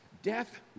Death